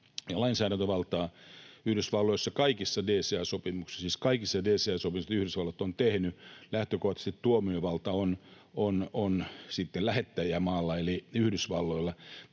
lainsäädäntövaltaa. Kaikissa DCA-sopimuksissa, joita Yhdysvallat on tehnyt, lähtökohtaisesti tuomiovalta on lähettäjämaalla eli Yhdysvalloilla.